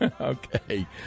Okay